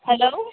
hello